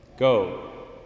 Go